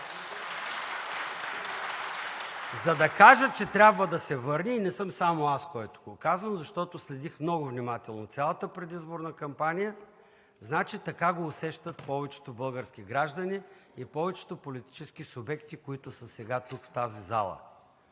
За да кажа, че трябва да се върне – не съм само аз, който го казвам, защото следих много внимателно цялата предизборна кампания, значи така го усещат повечето български граждани и повечето политически субекти, които са сега тук в тази зала.